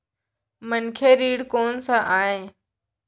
मनखे ऋण कोन स आय?